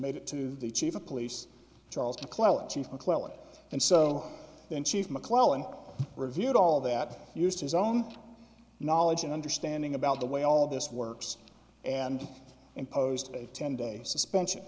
made it to the chief of police charles mcclelland chief mcclellan and so then chief mcclellan reviewed all of that used his own knowledge and understanding about the way all of this works and imposed a ten day suspension